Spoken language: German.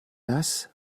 das